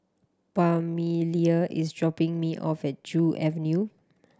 Pamelia is dropping me off at Joo Avenue